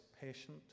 patient